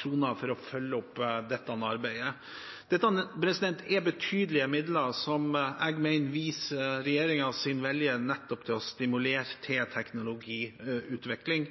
kr for å følge opp dette arbeidet – betydelige midler som viser regjeringens vilje til nettopp å stimulere til teknologiutvikling.